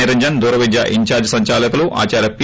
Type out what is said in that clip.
నిరంజన్ దూర విద్యా ఇస్ధార్డ్ సందాలకులు ఆదార్య పి